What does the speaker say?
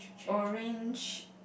orange